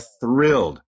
thrilled